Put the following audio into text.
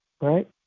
Right